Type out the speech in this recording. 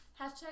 Hashtag